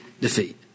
defeat